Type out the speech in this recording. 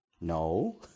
No